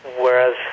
Whereas